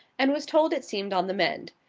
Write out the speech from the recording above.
and was told it seemed on the mend.